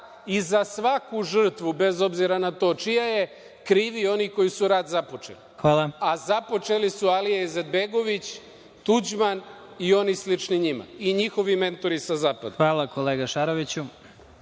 i za svaku žrtvu, bez obzira na to čija je, krivi oni koji su rat započeli. A započeli su Alija Izetbegović, Tuđman i oni slični njima, kao i njihovi mentori sa zapada. **Vladimir Marinković**